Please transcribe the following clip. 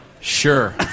Sure